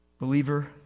Believer